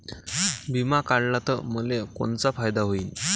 बिमा काढला त मले कोनचा फायदा होईन?